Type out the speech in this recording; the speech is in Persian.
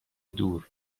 دور